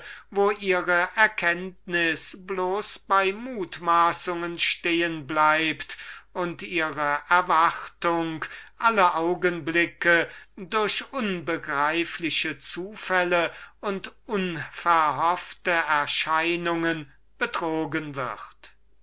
wo ihre erkenntnis nur bei mutmaßungen stehen bleibt und ihre erwartung alle augenblicke durch unbegreifliche zufälle und unverhoffte veränderungen betrogen wird